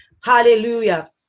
Hallelujah